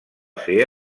ser